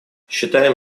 считаем